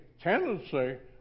tendency